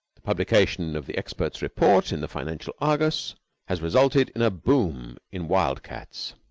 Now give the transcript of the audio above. the publication of the expert's report in the financial argus has resulted in a boom in wild-cats,